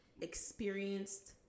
experienced